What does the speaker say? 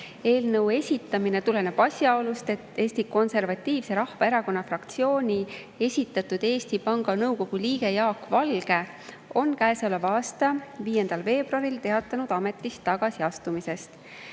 Eelnõu esitamine tuleneb asjaolust, et Eesti Konservatiivse Rahvaerakonna fraktsiooni esitatud Eesti Panga Nõukogu liige Jaak Valge on käesoleva aasta 5. veebruaril teatanud ametist tagasiastumisest.